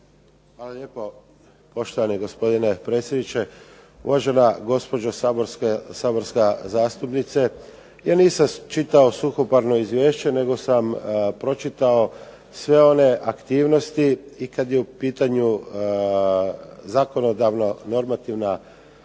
Hvala lijepa poštovani gospodine predsjedniče. Uvažena gospođo saborska zastupnice, ja nisam čitao suhoparno izvješće nego sam pročitao sve one aktivnosti i kada je u pitanju zakonodavno normativna aktivnost